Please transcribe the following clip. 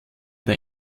der